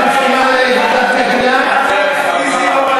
את מסכימה לוועדת הכלכלה?